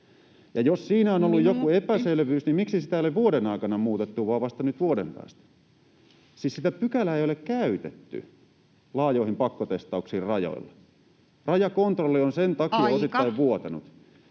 Minuutti!] joku epäselvyys, niin miksi sitä ei ole vuoden aikana muutettu vaan vasta nyt vuoden päästä? Siis sitä pykälää ei ole käytetty laajoihin pakkotestauksiin rajoilla. Rajakontrolli on sen takia [Puhemies: